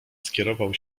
skierował